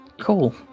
Cool